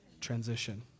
Transition